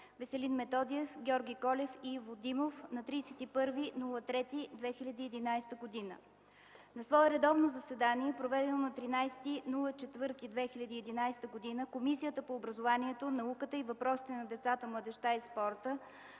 Веселин Методиев, Георги Колев и Иво Димов на 31 март 2011 г. На свое редовно заседание, проведено на 13 април 2011 г., Комисията по образованието, науката и въпросите на децата, младежта и спорта